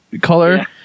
color